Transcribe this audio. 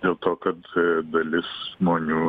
dėl to kad dalis žmonių